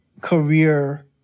career